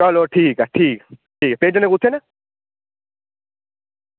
चलो ठीक ऐ ठीक ऐ भेजने कुत्थें न